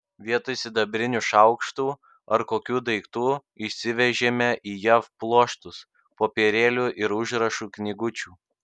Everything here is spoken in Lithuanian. vietoj sidabrinių šaukštų ar kokių daiktų išsivežėme į jav pluoštus popierėlių ir užrašų knygučių